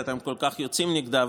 שאתם כל כך יוצאים נגדה,